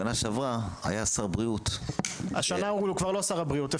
בשנה שעברה היה שר בריאות --- השנה הוא כבר לא שר הבריאות,